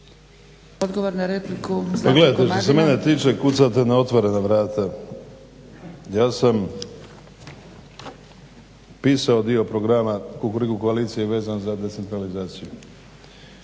Odgovor na repliku